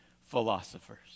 philosophers